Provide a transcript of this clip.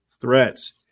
threats